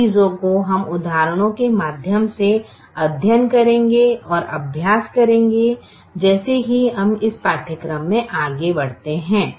उन चीजों का हम उदाहरणों के माध्यम से अध्ययन करेंगे और अभ्यास करेंगे जैसे ही हम इस पाठ्यक्रम में आगे बढ़ते हैं